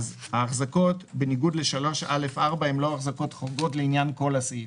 ההחזקות בניגוד לסעיף 3(א)(4) הן לא החזקות חורגות לעניין כל הסעיף.